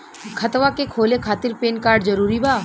खतवा के खोले खातिर पेन कार्ड जरूरी बा?